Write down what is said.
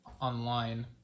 online